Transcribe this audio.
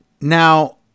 now